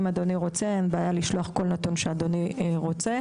אם אדוני רוצה אין בעיה לשלוח כל נתון שאדוני רוצה.